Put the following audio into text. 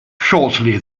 shortly